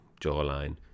jawline